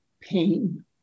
pain